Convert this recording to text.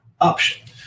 option